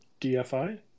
dfi